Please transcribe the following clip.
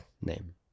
name